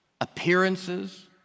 appearances